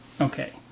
Okay